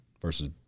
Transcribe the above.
versus